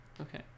Okay